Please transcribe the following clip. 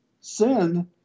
Sin